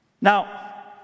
Now